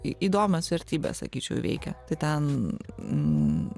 įdomios vertybes sakyčiau veikia tai ten